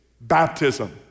baptism